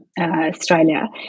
Australia